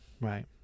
right